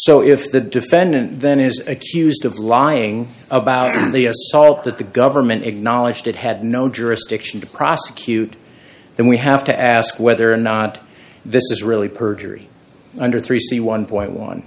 so if the defendant then is accused of lying about the assault that the government acknowledged it had no jurisdiction to prosecute then we have to ask whether or not this is really perjury under three c one point one